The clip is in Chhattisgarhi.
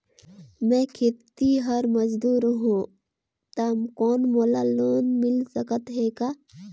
मैं खेतिहर मजदूर हों ता कौन मोला लोन मिल सकत हे का?